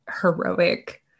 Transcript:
heroic